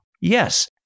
Yes